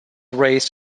raised